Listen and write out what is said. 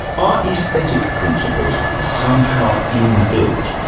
are aesthetic principles somehow inbuilt,